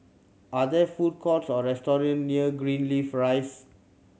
are there food courts or restaurant near Greenleaf Rise